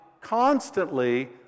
constantly